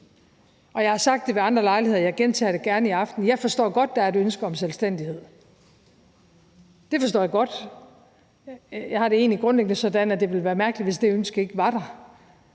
og jeg har sagt det ved andre lejligheder, og jeg gentager gerne i aften igen, at jeg godt forstår, at der er et ønske om selvstændighed – det forstår jeg godt, og jeg har det egentlig grundlæggende sådan, at det ville være mærkeligt, hvis det ønske ikke var der